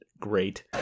great